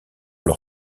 leur